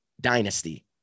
dynasty